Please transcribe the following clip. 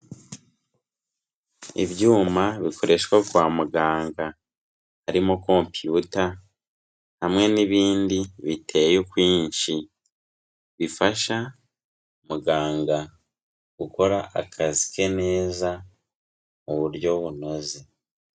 Ibyuma bikoreshwa kwa muganga harimo kompiyuta hamwe n'ibindi biteye ukwinshi, bifasha muganga gukora akazi ke neza mu buryo bunoze.